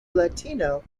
latino